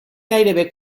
gairebé